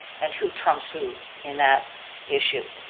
and who trumps who in that issue?